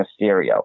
Mysterio